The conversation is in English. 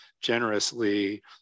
generously